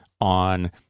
on